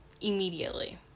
immediately